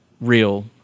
real